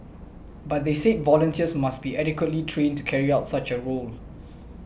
but they said volunteers must be adequately trained to carry out such a role